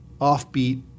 offbeat